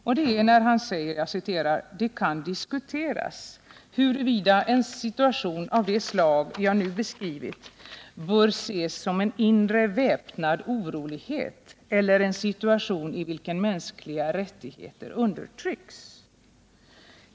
Det gäller följande uttalande. ”Det kan diskuteras huruvida en situation av det slag jag nu beskrivit bör ses som ”inre väpnade oroligheter, eller en situation i vilken mänskliga rättigheter undertrycks.